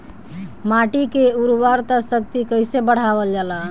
माटी के उर्वता शक्ति कइसे बढ़ावल जाला?